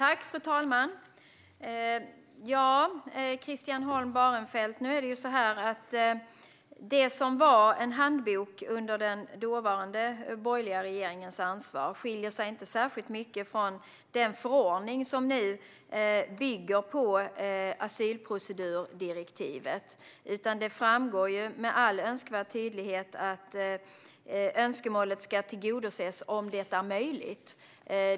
Fru talman! Det är så här, Christian Holm Barenfeld: Det som var en handbok under den dåvarande borgerliga regeringens ansvar skiljer sig inte särskilt mycket från den förordning som bygger på asylprocedurdirektivet. Det framgår med all önskvärd tydlighet att önskemålet ska tillgodoses om det är möjligt.